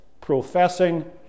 professing